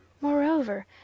moreover